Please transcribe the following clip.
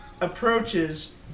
approaches